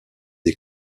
des